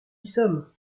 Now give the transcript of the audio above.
sommes